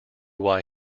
why